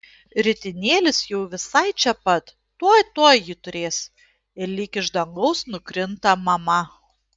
ritinėlis jau visai čia pat tuoj tuoj jį turės ir lyg iš dangaus nukrinta mama